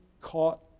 caught